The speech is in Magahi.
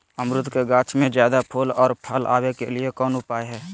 अमरूद के गाछ में ज्यादा फुल और फल आबे के लिए कौन उपाय है?